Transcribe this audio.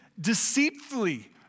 deceitfully